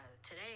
today